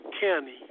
County